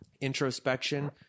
introspection